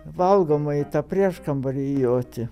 valgomąjį tą prieškambarį joti